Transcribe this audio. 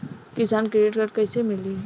किसान credit card कइसे मिली?